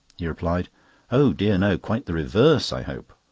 he replied oh dear, no! quite the reverse, i hope.